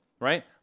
right